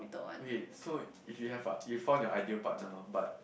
okay so if you have a you've found your ideal partner but